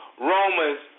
Romans